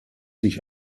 sich